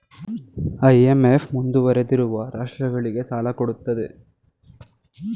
IMF ಮುಂದುವರಿದಿರುವ ರಾಷ್ಟ್ರಗಳಿಗೆ ಸಾಲ ಕೊಡುತ್ತದೆ